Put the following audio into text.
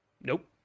nope